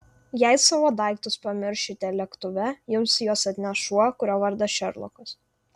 jei savo daiktus pamiršite lėktuve jums juos atneš šuo kurio vardas šerlokas